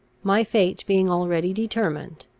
my fate being already determined,